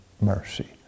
mercy